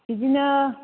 बिदिनो